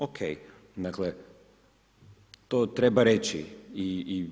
Okej, dakle, to treba reći.